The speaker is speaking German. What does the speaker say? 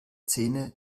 zähne